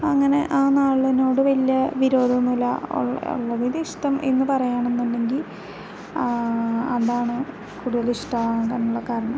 അങ്ങനെ ആ നാളിനോട് വലിയ വിരോധം ഒന്നുമില്ല ഉള്ള ഉള്ളതിലിഷ്ടം എന്ന് പറയുവാണെന്നുണ്ടെങ്കിൽ അതാണ് കൂടുതൽ ഇഷ്ടം ആവാനുള്ള കാരണം